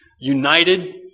United